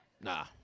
nah